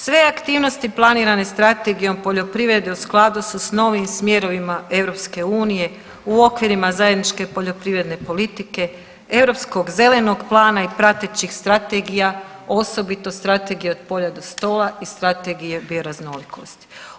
Sve aktivnosti planirane Strategijom poljoprivrede u skladu su s novim smjerovima EU, u okvirima zajedničke poljoprivredne politike, Europskog zelenog plana i pratećih strategija osobito Strategije od polja do stola i Strategije bioraznolikosti.